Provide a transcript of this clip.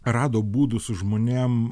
rado būdų su žmonėm